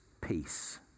peace